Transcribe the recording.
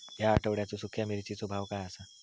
या आठवड्याचो सुख्या मिर्चीचो भाव काय आसा?